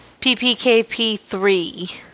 PPKP3